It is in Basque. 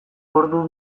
ordu